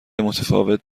متفاوت